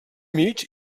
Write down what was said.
mig